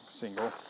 single